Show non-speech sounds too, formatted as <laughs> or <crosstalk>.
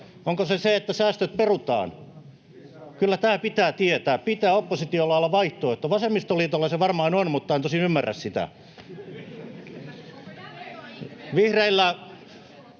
Onko se se, että säästöt perutaan? Kyllä tämä pitää tietää, pitää oppositiolla olla vaihtoehto. Vasemmistoliitolla se varmaan on, mutta en tosin ymmärrä sitä. <laughs>